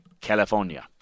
California